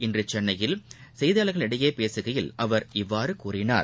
இன்றுசென்னையில் செய்தியாளர்களிடம் பேசுகையில் அவர் இவ்வாறுகூறினார்